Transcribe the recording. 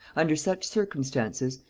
under such circumstances,